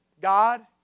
God